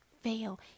fail